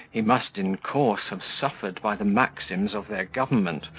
he must, in course, have suffered by the maxims of their government,